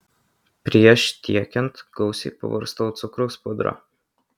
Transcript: prieš tiekiant gausiai pabarstau cukraus pudra